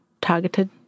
targeted